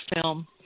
film